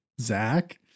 Zach